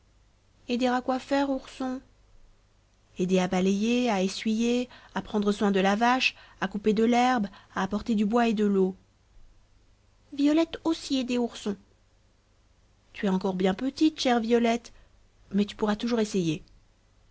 aider à quoi faire ourson aider à balayer à essuyer à prendre soin de la vache à couper de l'herbe à apporter du bois et de l'eau violette aussi aider ourson tu es encore bien petite chère violette mais tu pourras toujours essayer